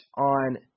on